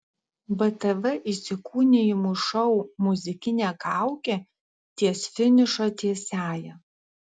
btv įsikūnijimų šou muzikinė kaukė ties finišo tiesiąja